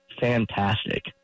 fantastic